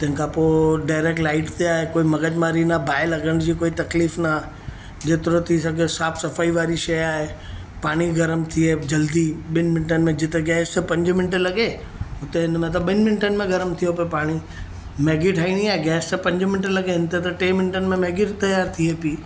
तंहिंखां पोइ direct light ते आहे कोई मग़ज मारी न बाहि लॻण जी कोई तकलीफ़ न